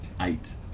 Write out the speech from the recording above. Eight